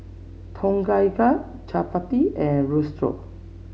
Tom Kha Gai Chapati and Risotto